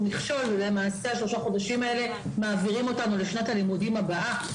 מכשול ולמעשה בשלושת החודשים האלה מעבירים אותנו לשנת הלימודים הבאה,